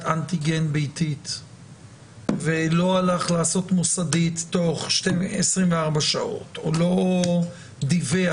אנטיגן ביתית ולא הלך לעשות מוסדית תוך 24 שעות או לא דיווח